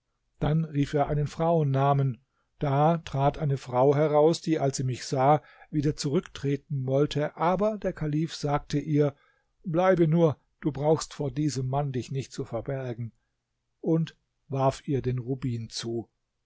dann rief er einen frauennamen da trat eine frau heraus die als sie mich sah wieder zurücktreten wollte aber der kalif sagte ihr bleibe nur du brauchst vor diesem mann dich nicht zu verbergen und warf ihr den rubin zu